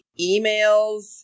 emails